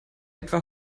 etwa